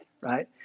right